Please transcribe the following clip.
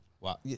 Wow